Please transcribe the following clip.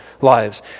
lives